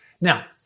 Now